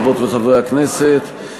חברות וחברי הכנסת,